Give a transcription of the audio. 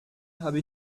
habe